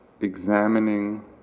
examining